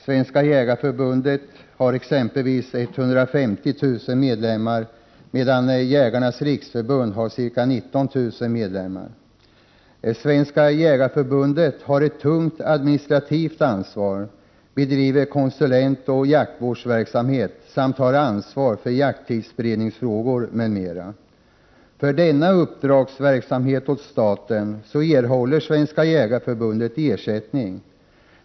Svenska jägareförbundet har ca 150 000 medlemmar, medan Jägarnas riksförbund har ca 19 000 medlemmar. Svenska jägareförbundet har ett tungt administrativt ansvar, bedriver konsulentoch jaktvårdsverksamhet samt har ansvar för jakttidsberedningsfrågor m.m. För denna uppdragsverksamhet åt staten erhåller Svenska jägareförbundet ersättning.